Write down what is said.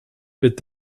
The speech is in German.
wird